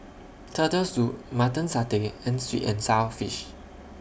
Turtle Soup Mutton Satay and Sweet and Sour Fish